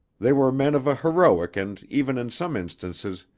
they were men of a heroic and even in some instances,